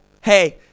hey